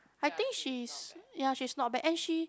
I think she's ya she is not bad and she